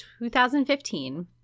2015